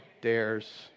dares